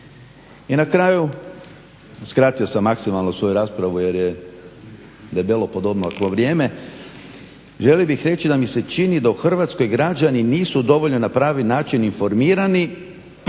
I na kraju, skratio sam maksimalno svoju raspravu jer je debelo odmaklo vrijeme, želio bih reći da mi se čini da u Hrvatskoj građani nisu dovoljno na pravi način informirani,